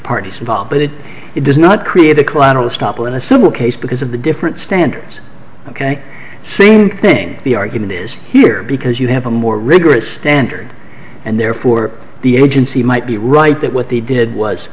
parties involved but it it does not create a collateral stoppel in a civil case because of the different standards ok same thing the argument is here because you have a more rigorous standard and therefore the agency might be right that what they did was